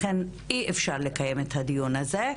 לכן אי אפשר לקיים את הדיון הזה.